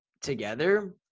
together